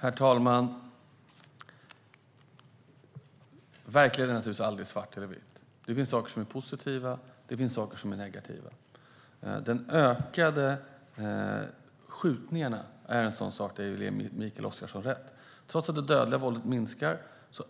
Herr talman! Verkligheten är naturligtvis aldrig svart eller vit. Det finns saker som är positiva, och det finns saker som är negativa. Det ökade antalet skjutningar är en sådan sak där jag ger Mikael Oscarsson rätt. Trots att det dödliga våldet minskar